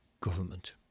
government